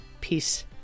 Peace